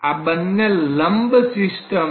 આ બંને લંબ સિસ્ટમ છે